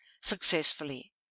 successfully